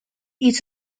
its